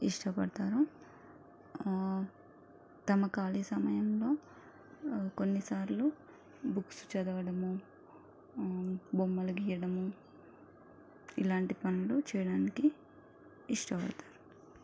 ఇష్టపడతారు తమ ఖాళీ సమయంలో కొన్నిసార్లు బుక్స్ చదవడము బొమ్మలు గీయడము ఇలాంటి పనులు చేయడానికి ఇష్టపడతారు